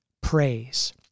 praise